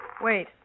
Wait